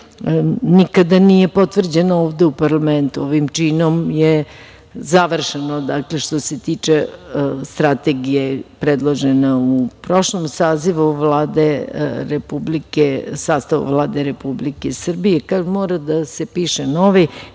nikada nije potvrđena ovde u parlamentu. Ovim činom je završeno što se tiče Strategije predložene u prošlom sastavu Vlade Republike Srbije. Mora da se piše nova.